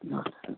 नमस्ते